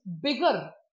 bigger